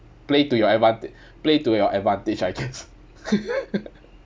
play to your advanta~ play to your advantage I guess